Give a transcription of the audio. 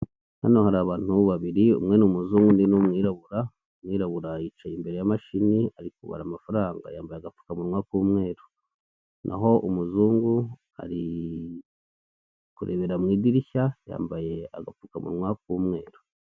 Hano hari abantu babiri, umwe ni umuzungu undi ni umwirabura, umwirabura yicaye imbere ya machine, ari kubara amafaranga, yambaye agapfukamunwa k'umweru, naho umuzungu ari kurebera mu idirishya yambaye agapfukamunywa k'umweru.